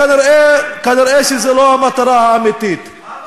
אז כנראה זו לא המטרה האמיתית,